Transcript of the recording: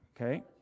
Okay